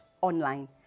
Online